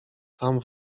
tam